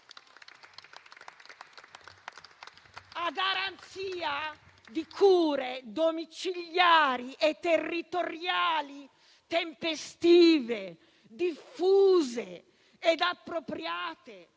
a garanzia di cure domiciliari e territoriali tempestive, diffuse ed appropriate,